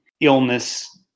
illness